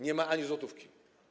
Nie ma ani złotówki.